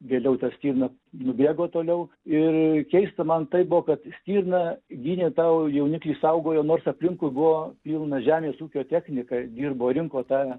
vėliau ta stirna nubėgo toliau ir keista man tai buvo kad stirna gynė tą jaunikį saugojo nors aplinkui buvo pilna žemės ūkio technika dirbo rinko tą